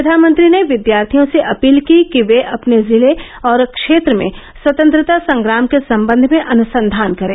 प्रधानमंत्री ने विद्यार्थियों से अपील की कि वे अपने जिले और क्षेत्र में स्वतंत्रता संग्राम के संबंध में अनुसंधान करें